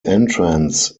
entrance